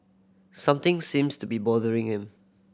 something seems to be bothering him